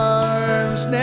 arms